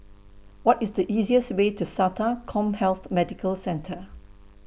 What IS The easiest Way to Sata Commhealth Medical Centre